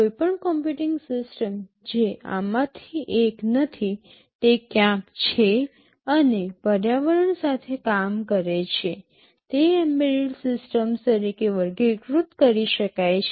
કોઈપણ computing system જે આમાંથી એક નથી તે ક્યાંક છે અને પર્યાવરણ સાથે કામ કરે છે તે એમ્બેડેડ સિસ્ટમ્સ તરીકે વર્ગીકૃત કરી શકાય છે